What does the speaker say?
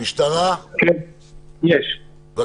יש לי שאלה,